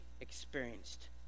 experienced